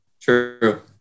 true